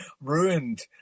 ruined